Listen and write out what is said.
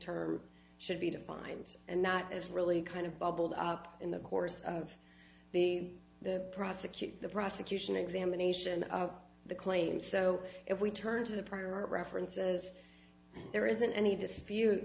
term should be defined and that is really kind of bubbled up in the course of the prosecute the prosecution examination of the claim so if we turn to the prior art references there isn't any dispute